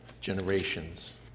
generations